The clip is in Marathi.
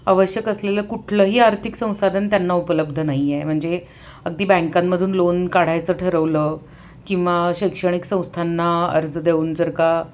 आवश्यक असलेलं कुठलंही आर्थिक संसाधन त्यांना उपलब्ध नाही आहे म्हणजे अगदी बँकांमधून लोन काढायचं ठरवलं किंवा शैक्षणिक संस्थांना अर्ज देऊन जर का